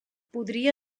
podria